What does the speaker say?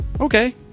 okay